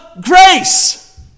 grace